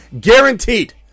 guaranteed